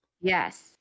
Yes